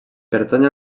pertany